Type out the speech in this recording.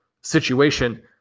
situation